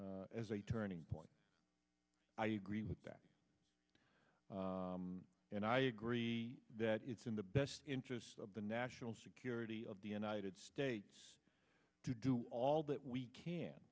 january as a turning point i agree with that and i agree that it's in the best interest of the national security of the united states to do all that we can